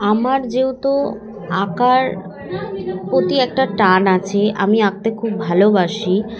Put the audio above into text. আমার যেহেতু আঁকার প্রতি একটা টান আছে আমি আঁকতে খুব ভালোবাসি